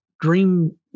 Dream